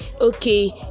okay